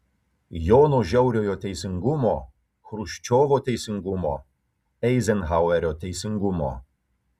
jono žiauriojo teisingumo chruščiovo teisingumo eizenhauerio teisingumo